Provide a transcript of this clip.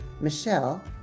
michelle